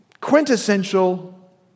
quintessential